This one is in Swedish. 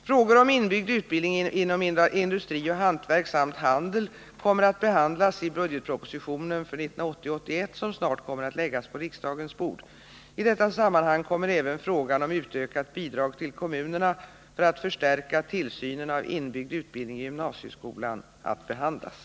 Frågor om inbyggd utbildning inom industri och hantverk samt handel kommer att behandlas i budgetpropositionen för 1980/81 som snart kommer att läggas på riksdagens bord. I detta sammanhang kommer även frågan om utökat bidrag till kommunerna för att förstärka tillsynen av inbyggd utbildning i gymnasieskolan att behandlas.